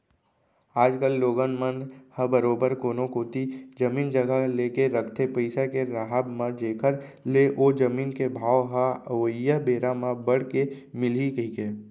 आज कल लोगन मन ह बरोबर कोनो कोती जमीन जघा लेके रखथे पइसा के राहब म जेखर ले ओ जमीन के भाव ह अवइया बेरा म बड़ के मिलही कहिके